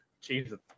Jesus